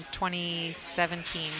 2017